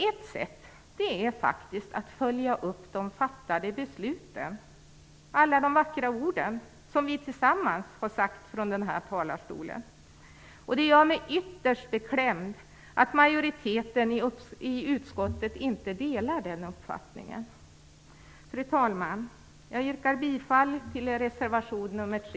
Ett sätt är faktiskt att följa upp de fattade besluten, alla de vackra ord som vi tillsammans har sagt från den här talarstolen. Det gör mig ytterst beklämd att majoriteten i utskottet inte delar den uppfattningen. Fru talman! Jag yrkar bifall till reservation nr 3